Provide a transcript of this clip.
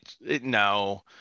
no